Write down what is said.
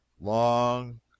long